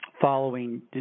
following